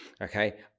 Okay